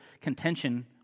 contention